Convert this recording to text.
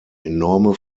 enorme